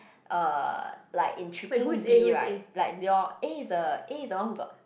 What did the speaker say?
uh like in tricking B right like they all A is the A is the one who got